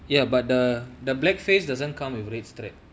ya but the the black face doesn't come with red strap